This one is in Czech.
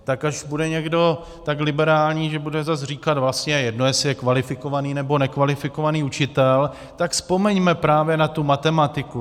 Tak až bude někdo tak liberální, že bude zas říkat, vlastně je jedno, jestli je kvalifikovaný, nebo nekvalifikovaný učitel, tak vzpomeňme právě na tu matematiku.